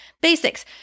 Basics